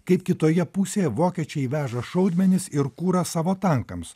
kaip kitoje pusėje vokiečiai veža šaudmenis ir kurą savo tankams